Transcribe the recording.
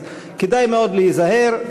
אז כדאי מאוד להיזהר.